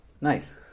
Nice